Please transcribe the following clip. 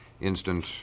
instant